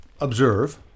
observe